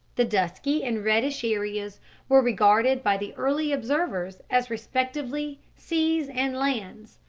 the dusky and reddish areas were regarded by the early observers as respectively seas and lands,